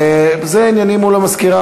אלו עניינים מול המזכיר,